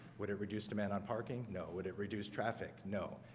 would it reduce demand on parking? no, would it reduce traffic? no,